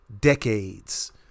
decades